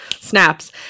Snaps